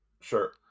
Sure